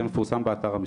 זה מפורסם באתר המשרד.